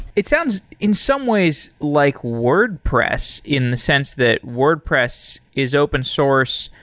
it sounds in some ways like wordpress in the sense that wordpress is open source.